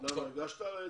הגשת תיקון?